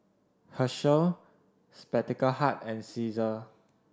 Herschel Spectacle Hut and Cesar